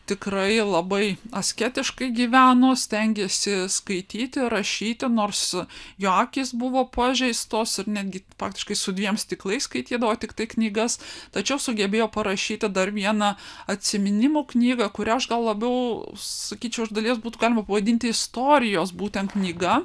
tikrai labai asketiškai gyveno stengėsi skaityti rašyti nors jo akys buvo pažeistos ir netgi praktiškai su dviem stiklais skaitydavo tiktai knygas tačiau sugebėjo parašyti dar vieną atsiminimų knygą kurią aš gal labiau sakyčiau iš dalies būtų galima pavadinti istorijos būtent knyga